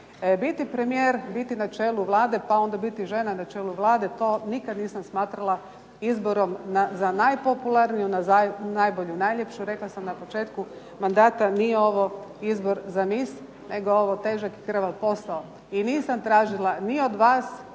Biti premijer, biti na čelu Vlade, pa onda biti žena na čelu Vlade to nikad nisam smatrala izborom za najpopularniju, za najbolju, najljepšu. Rekla sam na početku mandata nije ovo izbor za miss, nego je ovo težak i krvav posao. I nisam tražila ni od vas,